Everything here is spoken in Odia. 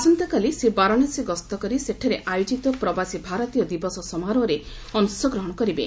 ଆସନ୍ତାକାଲି ସେ ବାରାଣାସୀ ଗସ୍ତ କରି ସେଠାରେ ଆୟୋଜିତ ପ୍ରବାସୀ ଭାରତୀୟ ଦିବସ ସମାରୋହରେ ଅଂଶଗ୍ରହଣ କରିବେ